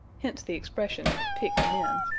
hence the expression picked men.